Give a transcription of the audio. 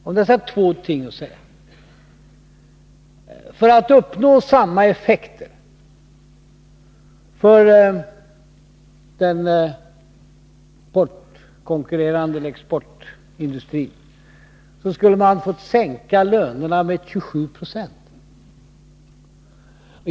Om dessa två ting är att säga: För att uppnå samma effekter för den importkonkurrerande industrin eller exportindustrin skulle man ha fått sänka lönerna med 27 9.